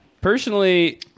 Personally